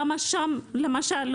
למשל,